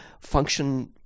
function